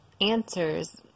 answers